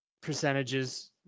percentages